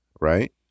right